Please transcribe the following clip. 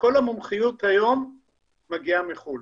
כל המומחיות היום מגיעה מחו"ל.